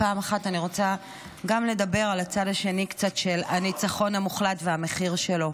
פעם אחת אני רוצה לדבר גם על הצד השני של הניצחון המוחלט ועל המחיר שלו.